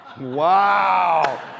Wow